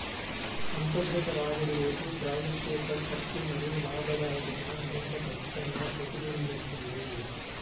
అంతర్గత రాబడి రేటు ప్రాజెక్ట్ యొక్క ఖర్చు మరియు లాభదాయకతను మరింత ఖచ్చితంగా ప్రతిబింబిస్తుంది